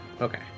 Okay